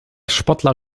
sportler